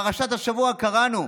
בפרשת השבוע קראנו: